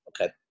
Okay